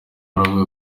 aravuga